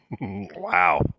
Wow